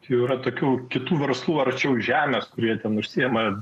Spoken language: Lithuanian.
jau yra tokių kitų verslų arčiau žemės kurie ten užsiima